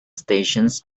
stations